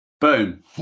Boom